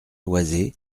loizé